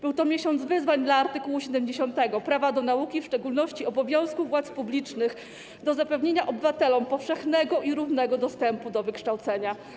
Był to miesiąc wyzwań dla art. 70 - prawa do nauki, w szczególności obowiązku władz publicznych do zapewnienia obywatelom powszechnego i równego dostępu do wykształcenia.